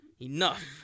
Enough